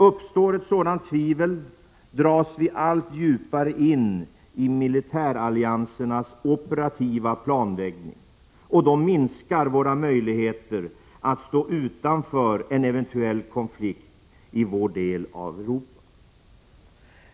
Uppstår ett sådant tvivel dras vi allt djupare in i militäralliansernas operativa planläggning, och då minskar våra möjligheter att stå utanför en eventuell konflikt i vår del av Europa.